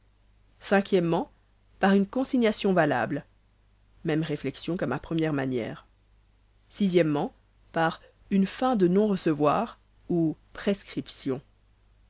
o par une consignation valable même réflexion qu'à ma première manière o par une fin de non-recevoir ou prescription